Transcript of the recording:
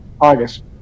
August